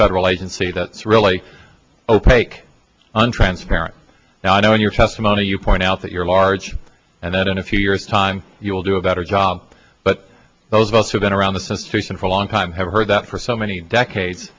federal agency that's really opaque untransparent now i know in your testimony you point out that your large and that in a few years time you'll do a better job but those of us who've been around the sensation for a long time have heard that for so many decades